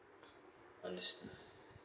understand